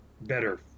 better